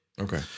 Okay